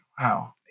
Wow